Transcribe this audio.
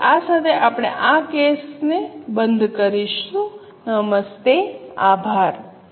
તેથી આ સાથે આપણે આ કેસને બંધ કરીશું નમસ્તે આભાર